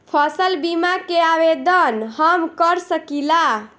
फसल बीमा के आवेदन हम कर सकिला?